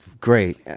great